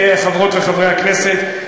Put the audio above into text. חברי וחברות הכנסת,